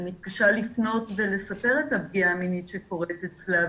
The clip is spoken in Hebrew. היא מתקשה לפנות ולספר את הפגיעה המינית שקורית אצלה,